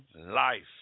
life